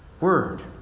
word